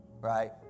right